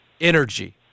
energy